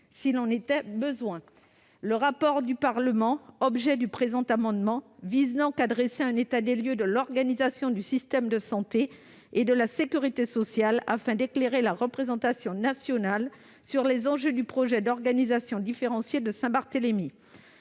s'il en était besoin. La remise d'un rapport au Parlement, objet du présent amendement, vise à dresser un état des lieux de l'organisation du système de santé et de la sécurité sociale afin d'éclairer la représentation nationale sur les enjeux du projet d'organisation différenciée de Saint-Barthélemy.